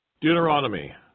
Deuteronomy